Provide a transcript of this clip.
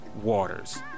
waters